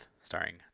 starring